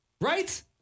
Right